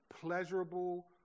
pleasurable